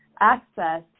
access